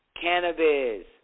cannabis